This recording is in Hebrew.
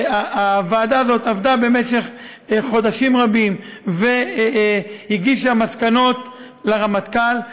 שהוועדה הזאת עבדה במשך חודשים רבים והגישה מסקנות לרמטכ"ל,